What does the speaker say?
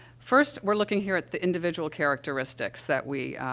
first, we're looking here at the individual characteristics that we,